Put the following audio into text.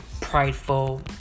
prideful